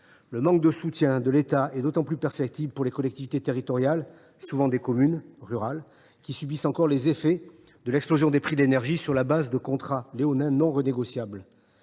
Le manque de soutien de l’État en est d’autant plus perceptible pour les collectivités territoriales souvent des communes rurales , qui subissent encore les effets de l’explosion des prix de l’énergie sur la base de contrats léonins non renégociables.